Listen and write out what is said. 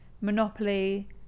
Monopoly